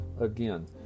Again